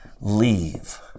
leave